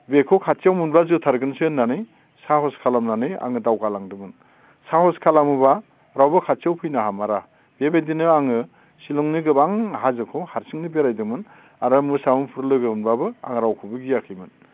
बेखौ खाथियाव मोनब्ला जोथारगोनसो होननानै साहस खालामनानै आं दावगालांदोंमोन साहस खालामोब्ला रावबो खाथियाव फैनो हामारा बेबायदिनो आङो शिलंनि गोबां हाजोखौ हारसिंनो बेरायदोंमोन आरो मोसा मुफुर लोगो मोनब्लाबो आं रावखौबो गियाखैमोन